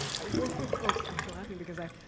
i work with folks, i'm laughing because i,